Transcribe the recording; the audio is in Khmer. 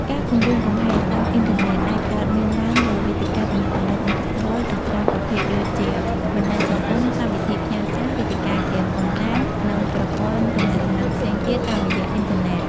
ការគំរាមកំហែងតាមអ៊ីនធឺណិតអាចកើតមានឡើងលើវេទិកាទំនាក់ទំនងឌីជីថលជាច្រើនប្រភេទដូចជា បណ្ដាញសង្គម កម្មវិធីផ្ញើសារ វេទិកាហ្គេមអនឡាញ និងប្រព័ន្ធទំនាក់ទំនងផ្សេងទៀតតាមរយៈអ៊ីនធឺណិត។